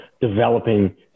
developing